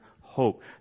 hope